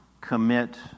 commit